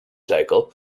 cycle